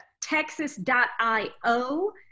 texas.io